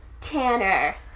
Tanner